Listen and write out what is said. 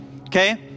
okay